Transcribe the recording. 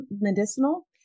medicinal